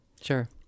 Sure